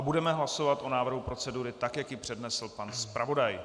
Budeme hlasovat o návrhu procedury, tak jak ji přednesl pan zpravodaj.